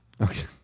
Okay